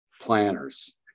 planners